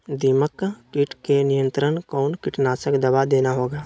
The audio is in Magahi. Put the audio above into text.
दीमक किट के नियंत्रण कौन कीटनाशक दवा देना होगा?